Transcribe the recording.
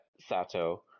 Sato